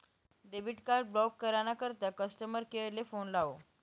debit card block करा ना करता कस्टमर केअर ले फोन लावो